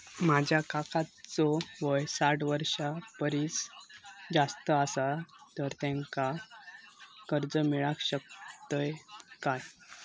माझ्या काकांचो वय साठ वर्षां परिस जास्त आसा तर त्यांका कर्जा मेळाक शकतय काय?